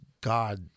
God